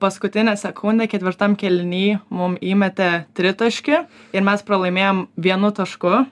paskutinę sekundę ketvirtam kėliny mum įmetė tritaškį ir mes pralaimėjom vienu tašku